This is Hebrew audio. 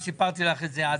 סיפרתי לך את זה גם אז.